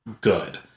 good